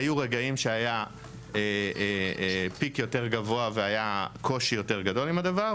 היו רגעים שהיה "פיק" יותר גבוה והיה קושי יותר גדול עם הדבר,